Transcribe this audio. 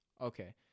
okay